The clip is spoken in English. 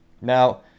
Now